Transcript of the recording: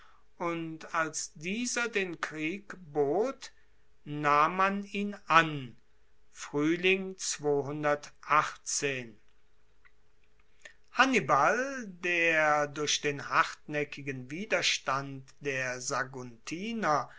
und als dieser den krieg bot nahm man ihn an hannibal der durch den hartnaeckigen widerstand der saguntiner